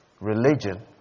religion